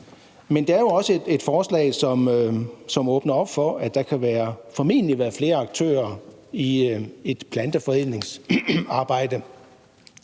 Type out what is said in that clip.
Men det er jo også et forslag, som åbner op for, at der formentlig kan være flere aktører i et planteforædlingsarbejde.